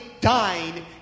dying